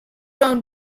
owned